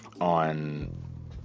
on